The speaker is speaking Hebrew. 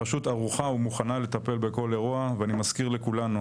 הרשות ערוכה ומוכנה לטפל בכל אירוע ואני מזכיר לכולנו,